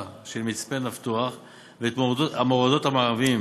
של מצפה-נפתוח ואת המורדות המערביים